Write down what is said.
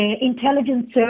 Intelligence